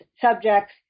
subjects